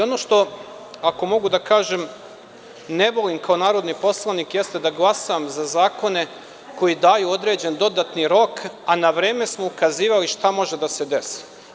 Ono što, ako mogu da kažem, ne volim kao narodni poslanik jeste da glasam za zakone koji daju određen dodatni rok, a na vreme smo ukazivali šta može da se desi.